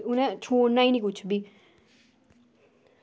उनें छोड़ना बी कुछ निं